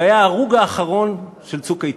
שהיה ההרוג האחרון של "צוק איתן".